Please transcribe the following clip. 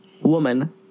woman